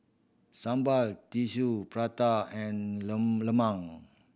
sambal Tissue Prata and lemang